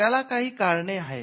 त्याला काही कारणे आहेत